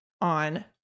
on